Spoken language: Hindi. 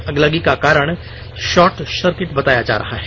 अगलगी का कारण षॉर्ट सर्किट बताया जा रहा है